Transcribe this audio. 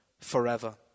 forever